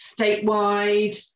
statewide